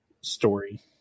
story